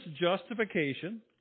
justification